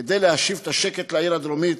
כדי להשיב את השקט לעיר הדרומית,